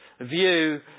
view